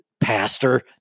pastor